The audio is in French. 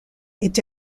est